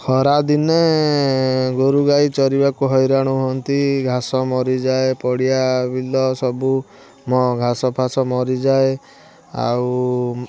ଖରା ଦିନେ ଗୋରୁ ଗାଈ ଚରିବାକୁ ହଇରାଣ ହୁଅନ୍ତି ଘାସ ମରିଯାଏ ପଡ଼ିଆ ବିଲ ସବୁ ମ ଘାସଫାସ ମରିଯାଏ ଆଉ